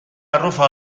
arrufa